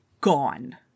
gone